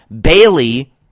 Bailey